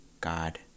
God